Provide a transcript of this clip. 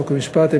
חוק ומשפט,